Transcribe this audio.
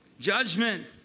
Judgment